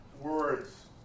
Words